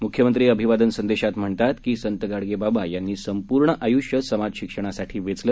मुख्यमंत्री अभिवादन संदेशात म्हणतात संत गाडगेबाबा यांनी संपूर्ण आयृष्य समाज शिक्षणासाठी वेचलं